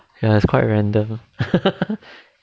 ya it's quite random